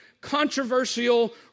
controversial